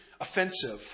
offensive